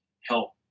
help